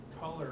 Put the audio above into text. color